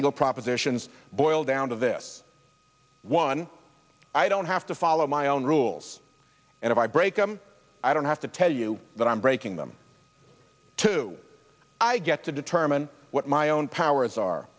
legal propositions boil down to this one i don't have to follow my own rules and if i break them i don't have to tell you that i'm breaking them to i get to determine what my own powers are